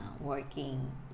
working